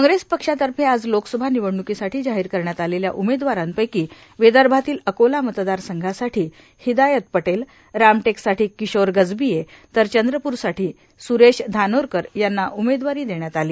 कॉग्रेस पक्षातर्फे आज लोकसभा निवडण्कीसाठी जाहीर करण्यात आलेल्या उमेदवारांपैकी विदर्भातील अकोला मतदार संघासाठी हिदायत पटेल रामटेकसाठी किशोर गजबिये तर चंद्रपूरसाठी सरेश धानोरकर यांना उमेदवारी देण्यात आली